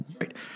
right